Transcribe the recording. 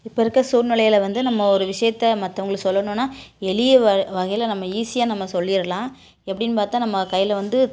இப்போ இருக்கற சூழ்நிலையில் வந்து நம்ம ஒரு விஷயத்த மற்றவங்களுக்கு சொல்லணும்னா எளிய வாழ் வகையில் நம்ம ஈசியாக நம்ம சொல்லிடலாம் எப்படின்னு பார்த்தா நம்ம கையில் வந்து